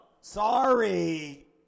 sorry